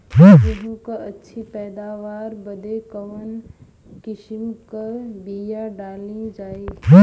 गेहूँ क अच्छी पैदावार बदे कवन किसीम क बिया डाली जाये?